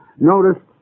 notice